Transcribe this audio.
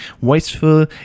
wasteful